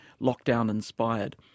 lockdown-inspired